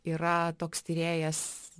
yra toks tyrėjas